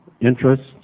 interests